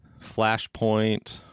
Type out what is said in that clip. Flashpoint